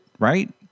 Right